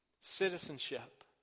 citizenship